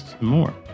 more